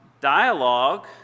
dialogue